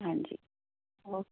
ਹਾਂਜੀ ਓ